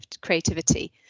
creativity